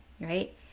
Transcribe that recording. right